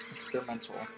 Experimental